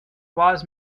wise